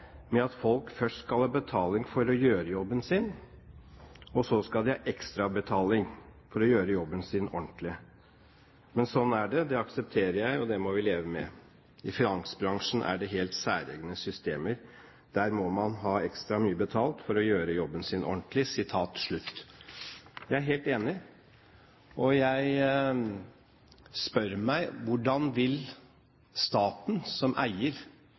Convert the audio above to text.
med at folk først skal ha betaling for å gjøre jobben sin, og så skal de ha ekstrabetaling for å gjøre jobben sin ordentlig. Men sånn er det, det aksepterer jeg, og det må vi leve med. I finansbransjen er det helt særegne systemer. Der må man ha ekstra mye betalt for å gjøre jobben sin ordentlig.» Jeg er helt enig, og jeg spør meg hvordan staten som eier